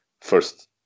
First